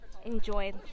enjoy